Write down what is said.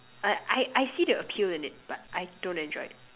I I I see the appeal in it but I don't enjoy it